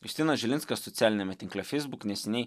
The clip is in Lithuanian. justinas žilinskas socialiniame tinkle feisbuk neseniai